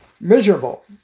miserable